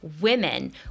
women